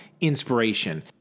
inspiration